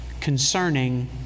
concerning